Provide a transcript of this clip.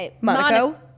Monaco